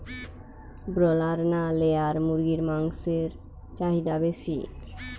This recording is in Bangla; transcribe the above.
ব্রলার না লেয়ার মুরগির মাংসর চাহিদা বেশি?